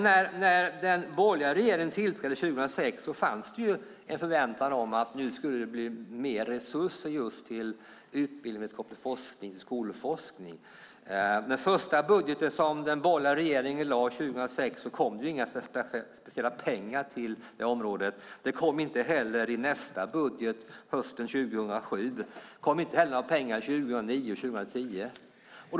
När den borgerliga regeringen tillträdde 2006 fanns det en förväntan om mer resurser till just utbildningsforskning, skolforskning. Men i den borgerliga regeringens första budget 2006 kom det inga speciella pengar till det området. De kom inte heller i nästa budget hösten 2007, inte heller 2009 eller 2010.